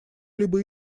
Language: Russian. либо